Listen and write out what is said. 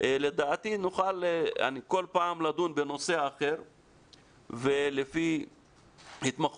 ולדעתי נוכל כל פעם לדון בנושא אחר לפי התמחויות